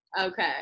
Okay